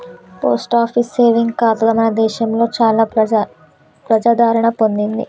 post office saving ఖాతా మన దేశంలో చాలా ప్రజాదరణ పొందింది